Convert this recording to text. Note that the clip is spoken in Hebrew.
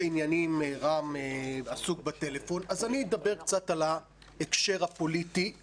עניינים רם עסוק בטלפון אז אני אדבר קצת על ההקשר הפוליטי.